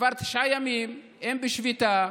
כבר תשעה ימים הם בשביתה.